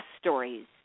stories